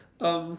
um